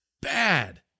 bad